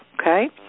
Okay